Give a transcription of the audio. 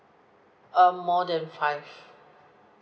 uh more than five